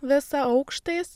visą aukštais